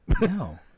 No